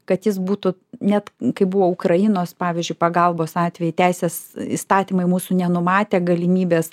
kad jis būtų net kai buvo ukrainos pavyzdžiui pagalbos atvejai teisės įstatymai mūsų nenumatė galimybės